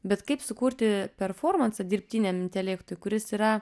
bet kaip sukurti performansą dirbtiniam intelektui kuris yra